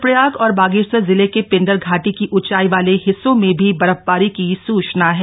रुद्रप्रयाग और बागेश्वर जिले के पिंडर घाटी की ऊंचाई वाले हिस्सों में भी बर्फबारी की सूचना है